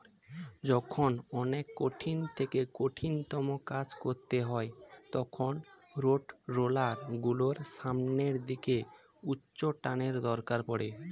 যখন অনেক কঠিন থেকে কঠিনতম কাজ করতে হয় তখন রোডরোলার গুলোর সামনের দিকে উচ্চটানের দরকার পড়ে